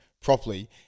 properly